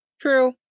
True